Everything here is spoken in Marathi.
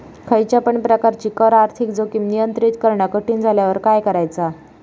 खयच्या पण प्रकारची कर आर्थिक जोखीम नियंत्रित करणा कठीण झाल्यावर काय करायचा?